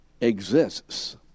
exists